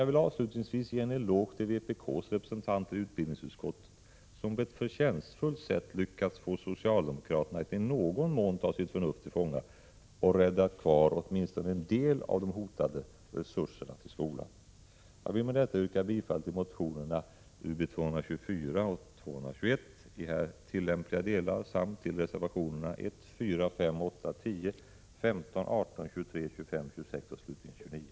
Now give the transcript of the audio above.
Jag vill avslutningsvis ge en eloge till vpk:s representanter i utbildningsutskottet, som på ett förtjänstfullt sätt lyckats få socialdemokraterna att i någon mån ta sitt förnuft till fånga och räddat kvar åtminstone en del av de hotade resurserna till skolan. Jag vill med detta yrka bifall till motionerna Ub224 och Ub221 i här tillämpliga delar samt till reservationerna 1, 4, 5, 8, 10, 15, 18, 23, 25, 26 och slutligen 29.